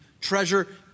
treasure